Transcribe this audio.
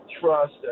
trust